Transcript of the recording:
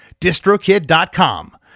distrokid.com